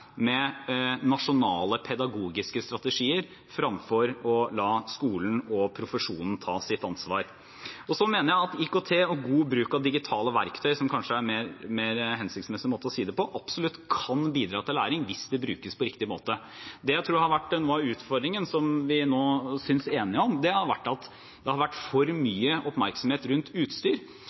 med nasjonale pedagogiske strategier fremfor å la skolen og profesjonen ta sitt ansvar. Så mener jeg at IKT og god bruk av digitale verktøy, som kanskje er en mer hensiktsmessig måte å si det på, absolutt kan bidra til læring hvis det brukes på riktig måte. Det jeg tror har vært noe av utfordringen, som vi nå synes enige om, er at det har vært for mye oppmerksomhet rundt utstyr. Det har også vært usikkerhet i sektoren rundt